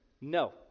No